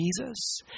Jesus